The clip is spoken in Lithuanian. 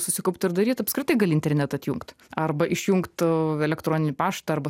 susikaupt ir daryt apskritai gali internetą atjungt arba išjungt elektroninį paštą arba